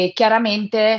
chiaramente